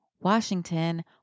Washington